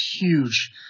huge